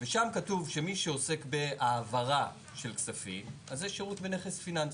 ושם כתוב שעיסוק בהעברה של כספים זה שירות בנכס פיננסי.